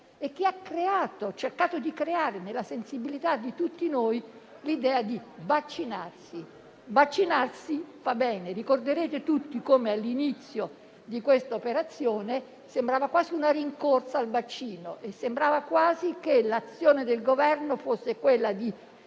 e che ha cercato di creare, nella sensibilità di tutti noi, l'idea di vaccinarsi. Vaccinarsi fa bene: ricorderete tutti come, all'inizio di questa operazione, quella al vaccino sembrava quasi una rincorsa e sembrava quasi che l'azione del Governo fosse quella di